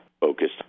focused